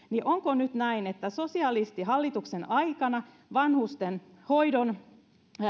onko nyt näin että sosialistihallituksen aikana vanhustenhoidon